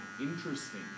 interesting